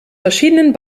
verschiedenen